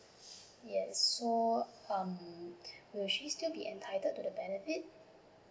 yes so um we she actually still be entitled at it